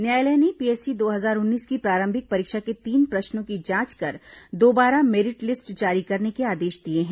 न्यायालय ने पीएससी दो हजार उन्नीस की प्रारंभिक परीक्षा के तीन प्रश्नों की जांच कर दोबारा मेरिट लिस्ट जारी करने के आदेश दिए हैं